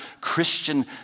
Christian